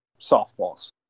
softballs